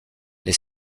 les